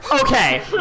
Okay